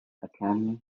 academy